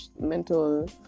mental